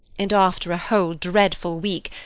and after a whole dreadful week,